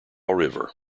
river